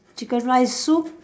chicken rice soup